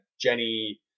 jenny